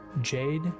Jade